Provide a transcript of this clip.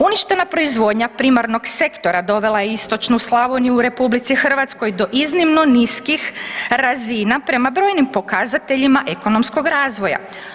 Uništenja proizvodnja primarnog sektora dovela je istočnu Slavoniju u RH do iznimno niskih razina prema brojnim pokazateljima ekonomskog razvoja.